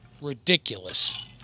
ridiculous